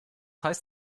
heißt